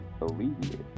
alleviate